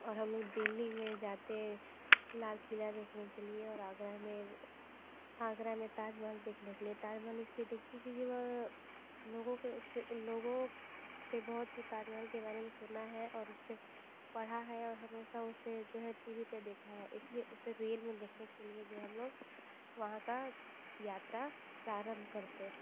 और हम लोग दिल्ली में जाते लाल किला देखने के लिए और आगरा में आगरा में ताज महल देखने के लिए ताज महल इसलिए देखती क्योंकि व लोगों के उस लोगों से बहुत ही ताज महल के बारे में सुना है और उसे पढ़ा है और हमेशा उसे जो है टी वी पे देखा है इसलिए उसे रियल में देखने के लिए जो हम लोग वहाँ का यात्रा प्रारंभ करते